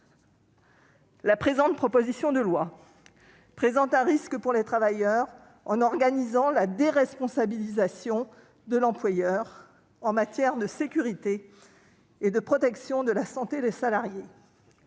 Cette proposition de loi présente un risque pour les travailleurs, en organisant la déresponsabilisation de l'employeur en matière de sécurité et de protection de la santé des salariés.